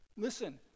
Listen